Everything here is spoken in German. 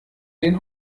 den